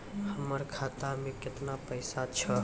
हमर खाता मैं केतना पैसा छह?